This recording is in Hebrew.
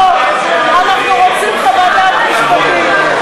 לא לא, אנחנו רוצים חוות דעת משפטית.